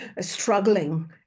struggling